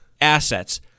assets